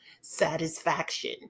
satisfaction